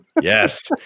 Yes